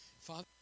Father